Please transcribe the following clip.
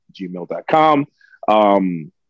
gmail.com